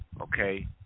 Okay